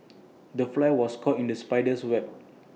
the fly was caught in the spider's web